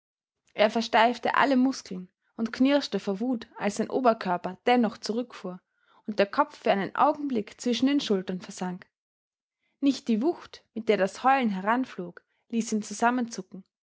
er versteifte alle muskeln und knirschte vor wut als sein oberkörper dennoch zurückfuhr und der kopf für einen augenblick zwischen den schultern versank nicht die wucht mit der das heulen heranflog ließ ihn zusammenzucken